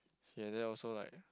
he at there also like